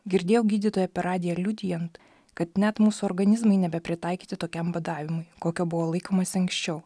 girdėjau gydytoją per radiją liudijant kad net mūsų organizmai nebepritaikyti tokiam badavimui kokio buvo laikomasi anksčiau